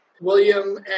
William